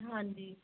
ਹਾਂਜੀ